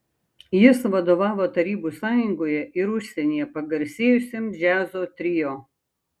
jis vadovavo tarybų sąjungoje ir užsienyje pagarsėjusiam džiazo trio